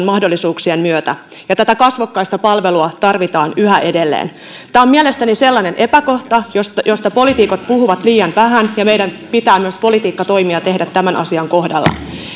mahdollisuuksien myötä ja tätä kasvokkaista palvelua tarvitaan yhä edelleen tämä on mielestäni sellainen epäkohta josta josta poliitikot puhuvat liian vähän ja meidän pitää myös politiikkatoimia tehdä tämän asian kohdalla